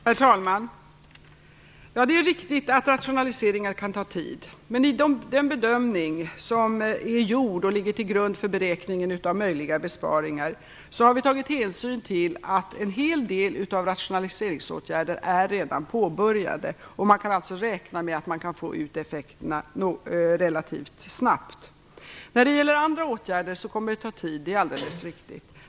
Herr talman! Det är riktigt att rationaliseringar kan ta tid. Men i den bedömning som har gjorts och som ligger till grund för beräkningen av möjliga besparingar har vi tagit hänsyn till att en hel del av rationaliseringsåtgärderna redan är påbörjade. Man kan alltså räkna med att åtgärderna skall ge effekt relativt snabbt. När det gäller andra åtgärder kommer det att ta tid, det är alldeles riktig.